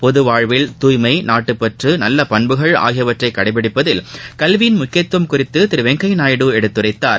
பொது வாழ்வில் தூய்மை நாட்டு பற்று நல்ல பண்புகள் ஆகியவற்றை கடைபிடிப்பதில் கல்வியின் முக்கியத்துவம் குறித்து திரு வெங்கையா நாயுடு எடுத்துரைத்தார்